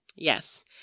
Yes